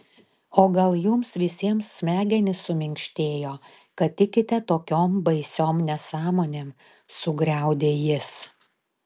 o gal jums visiems smegenys suminkštėjo kad tikite tokiom baisiom nesąmonėm sugriaudė jis